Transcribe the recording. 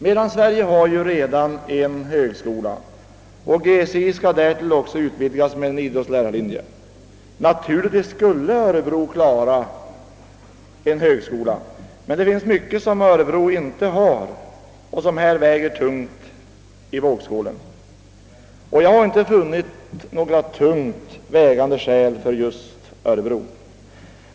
Mellansverige har ju redan en högskola, och GCI skall därtill också utvidgas med en idrottslärarlinje. Naturligtvis skulle Örebro »klara» en högskola, men det finns mycket som Örebro inte har och som här väger tungt i vågskålen. Jag har inte funnit några sådana tungt vägande skäl för just Örebro.